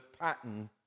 pattern